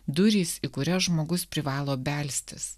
durys į kurias žmogus privalo belstis